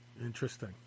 Interesting